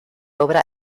obra